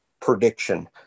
prediction